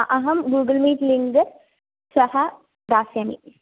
अहं Google Meet link श्वः दास्यामि